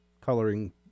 coloring